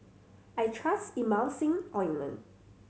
I trust Emulsying Ointment